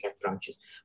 branches